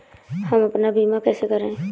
हम अपना बीमा कैसे कराए?